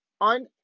on